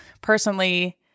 personally